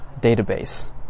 database